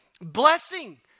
Blessing